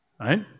Right